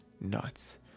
nuts